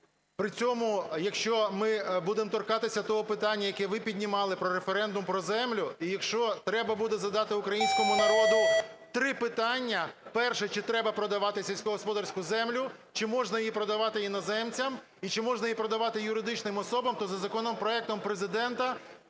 При цьому, якщо ми будемо торкатися того питання, яке ви піднімали про референдум, про землю, і якщо треба буде задати українському народу три питання, перше: чи треба продавати сільськогосподарську землю; чи можна її продавати іноземцям і чи можна її продавати юридичним особам, то за законопроектом Президента